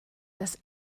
das